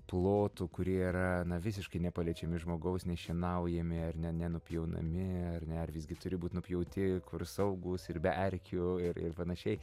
plotų kurie yra visiškai nepaliečiami žmogaus nešienaujami ar ne nenupjaunami ar ne ar visgi turi būt nupjauti kur saugūs ir be erkių ir ir panašiai